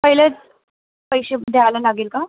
पहिलेच पैसे द्यायला लागेल का